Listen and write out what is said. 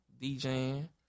DJing